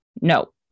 No